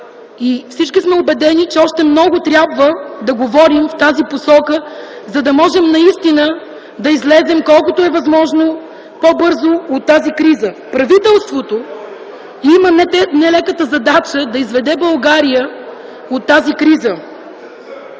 Всички сме убедени, че още много трябва да говорим в тази посока, за да можем наистина да излезем колкото е възможно по-бързо от тази криза. Правителството има нелеката задача да изведе България от тази криза.